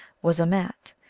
was a mat,